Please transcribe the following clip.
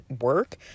work